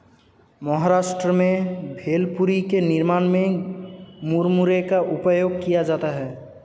महाराष्ट्र में भेलपुरी के निर्माण में मुरमुरे का उपयोग किया जाता है